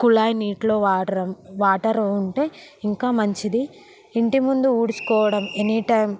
కుళాయి నీటిలో water water ఉంటే ఇంకా మంచిది ఇంటి ముందు ఊడ్చుకోవడం ఎనీ టైమ్